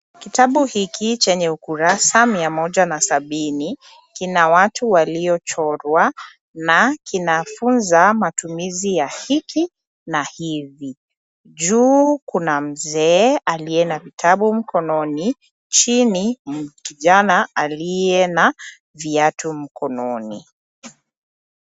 Kitabu hiki chenye ukurasa mia moja na sabini kina watu waliochorwa na kinafunza matumizi ya hiki na hivi. Juu kuna mzee aliye na kitabu mkononi, chini kijana aliye na viatu mkononi.